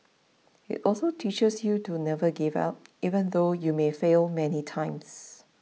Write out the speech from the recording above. it also teaches you to never give up even though you may fail many times